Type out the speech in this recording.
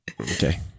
Okay